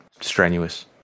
strenuous